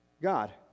God